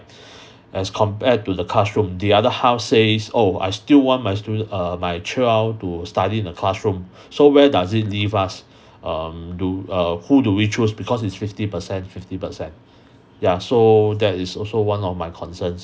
as compared to the classroom the other half says oh I still want my student err my child to study in a classroom so where does it leave us um do uh who do we choose because it's fifty percent fifty percent ya so that is also one of my concerns